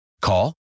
Call